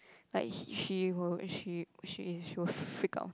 like he she will she she she will freak out